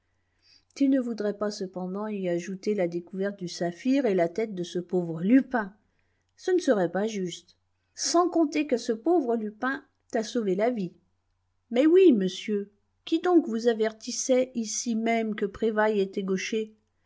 tu ne voudrais pas cependant y ajouter la découverte du saphir et la tête de ce pauvre lupin ce ne serait pas juste sans compter que ce pauvre lupin t'a sauvé la vie mais oui monsieur qui donc vous avertissait ici même que prévailles était gaucher